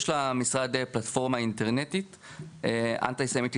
למשרד יש פלטפורמה אינטרנטית - antisemitism